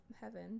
heaven